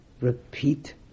repeat